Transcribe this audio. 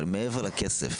מעבר לכסף,